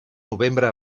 novembre